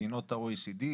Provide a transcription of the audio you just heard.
מדינות ה-OECD.